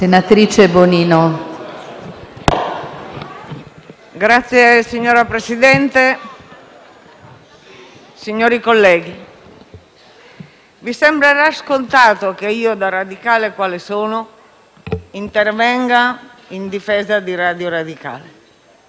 BONINO *(Misto-PEcEB)*. Signor Presidente, signori colleghi, vi sembrerà scontato che io, da radicale quale sono, intervenga in difesa di Radio Radicale.